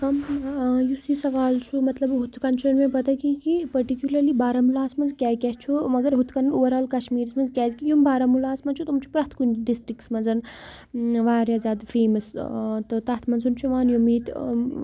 یُس یہِ سوال چھُ مطلب ہُتھ کَٔۍ چھُنہٕ مےٚ پَتہ کینٛہہ کہِ پٔٹِکیوٗلَرلی بارہمولاہَس منٛز کیٛاہ کیٛاہ چھُ مگر ہُتھ کٔنۍ اُوَرآل کَشمیٖرَس منٛز کیٛازِکہِ یِم بارہمولاہَس منٛز چھُ تِم چھِ پرٛٮ۪تھ کُنہِ ڈِسٹِرٛکَس منٛز واریاہ زیادٕ فیمَس تہٕ تَتھ منٛز چھُ یِوان یِم ییٚتہِ